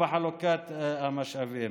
בחלוקת המשאבים.